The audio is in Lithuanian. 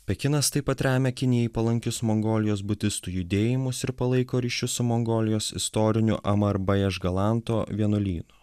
pekinas taip pat remia kinijai palankius mongolijos budistų judėjimus ir palaiko ryšius su mongolijos istorinių vienuolynų